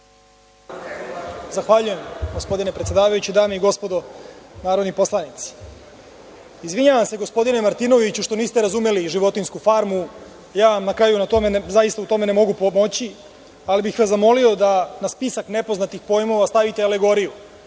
Zahvaljujem gospodine predsedavajući, dame i gospodo narodni poslanici, izvinjavam se gospodine Martinoviću što niste razumeli „Životinjsku farmu“. Ja vam na kraju u tome zaista ne mogu pomoći, ali bih vas zamolio da na spisak nepoznatih pojmova stavite alegoriju.